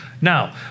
Now